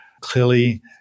clearly